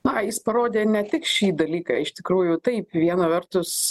na jis parodė ne tik šį dalyką iš tikrųjų taip viena vertus